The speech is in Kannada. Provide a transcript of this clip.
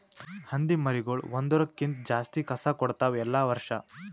ಹಂದಿ ಮರಿಗೊಳ್ ಒಂದುರ್ ಕ್ಕಿಂತ ಜಾಸ್ತಿ ಕಸ ಕೊಡ್ತಾವ್ ಎಲ್ಲಾ ವರ್ಷ